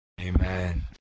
Amen